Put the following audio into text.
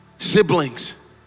siblings